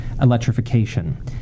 electrification